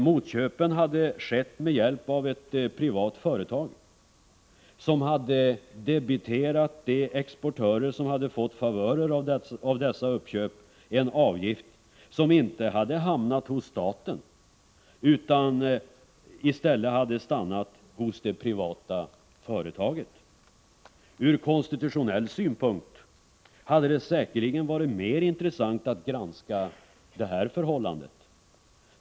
Motköpen hade skett med hjälp av ett privat företag, som hade debiterat de exportörer som hade fått favörer av dessa uppköp en avgift, men den hade inte hamnat hos staten utan hade stannat hos det privata företaget. Ur konstitutionell synpunkt hade det säkerligen varit mer intressant att granska detta förhållande.